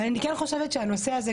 אני כן חושבת שהנושא הזה,